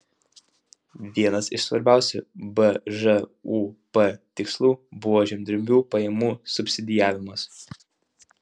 vienas iš svarbiausių bžūp tikslų buvo žemdirbių pajamų subsidijavimas